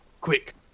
quick